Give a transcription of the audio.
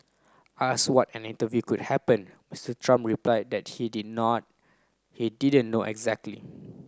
asked what an interview could happen Mister Trump replied that he didn't now he didn't know exactly